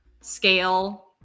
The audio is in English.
scale